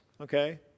okay